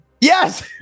Yes